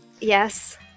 Yes